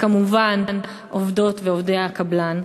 וכמובן עובדות ועובדי הקבלן,